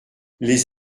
les